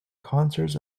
concerts